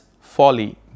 folly